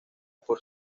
por